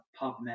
PubMed